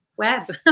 web